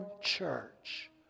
church